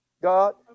God